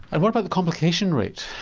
and what about the complication rate?